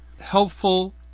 helpful